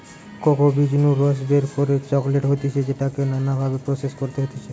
cocoa বীজ নু রস বের করে চকলেট হতিছে যেটাকে নানা ভাবে প্রসেস করতে হতিছে